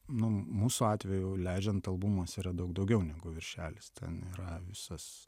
nu mūsų atveju leidžiant albumus yra daug daugiau negu viršelis tai yra visas